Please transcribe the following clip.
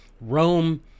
Rome